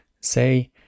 Say